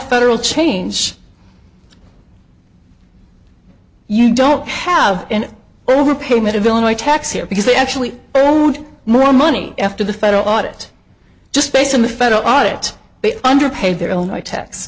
federal change you don't have an overpayment of illinois tax here because they actually own more money after the federal audit just based on the federal audit under paid their own